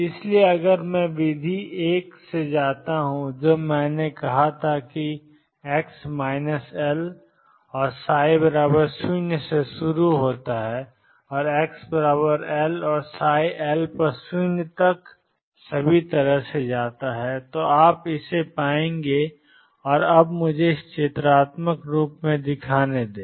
इसलिए अगर मैं विधि एक से जाता हूं जो मैंने कहा है कि x L ψ0 से शुरू होता है और xL और L0 तक सभी तरह से जाता है तो आप इसे पाएंगे और अब मुझे इसे चित्रात्मक रूप से दिखाने दें